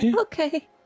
Okay